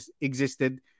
existed